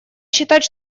считать